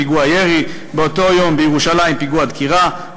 פיגוע דריסה,